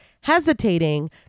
hesitating